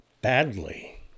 badly